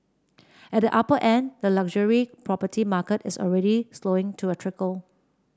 at the upper end the luxury property market is already slowing to a trickle